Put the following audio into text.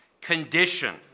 condition